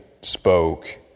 spoke